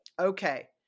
Okay